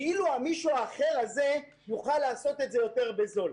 כאילו המישהו האחר הזה יוכל לעשות את זה יותר בזול.